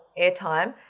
airtime